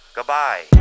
Goodbye